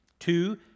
Two